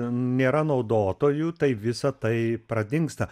nėra naudotojų tai visa tai pradingsta